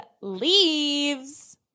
leaves